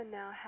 now